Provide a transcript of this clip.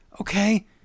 Okay